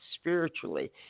spiritually